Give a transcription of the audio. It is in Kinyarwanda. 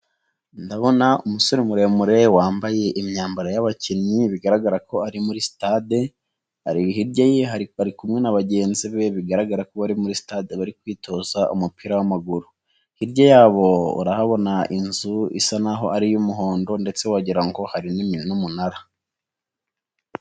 Ndabona umusore muremure wambaye imyambaro y'abakinnyi bigaragara ko ari muri sitade, hirya ari kumwe na bagenzi be bigaragara ko bari muri sitade bari kwitoza umupira w'amaguru. Hirya yabo urahabona inzu isa naho ari iy'umuhondo ndetse wagirango ngo hari n'umunara.